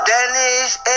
Danish